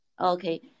Okay